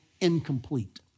incomplete